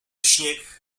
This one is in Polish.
śnieg